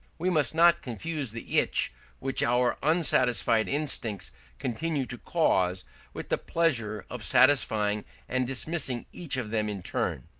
we must not confuse the itch which our unsatisfied instincts continue to cause with the pleasure of satisfying and dismissing each of them in turn.